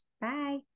bye